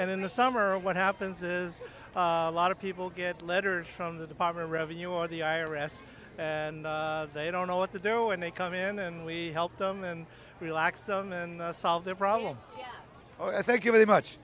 and in the summer what happens is a lot of people get letters from the department revenue on the i r s and they don't know what to do and they come in and we help them and relax them and solve their problems thank you very much